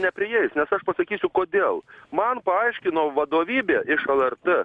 neprieis nes aš pasakysiu kodėl man paaiškino vadovybė iš lrt